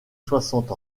soixante